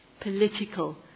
political